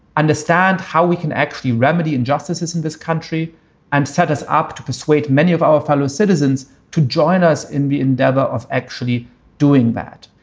understand how we can actually remedy injustices in this country and set us up to persuade many of our fellow citizens to join us in the endeavor. of actually doing that.